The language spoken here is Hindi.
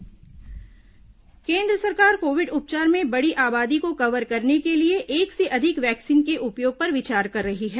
कोरोना वैक्सीन केन्द्र सरकार कोविड उपचार में बड़ी आबादी को कवर करने के लिए एक से अधिक वैक्सीन के उपयोग पर विचार कर रही है